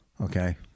Okay